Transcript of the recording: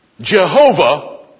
Jehovah